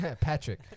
Patrick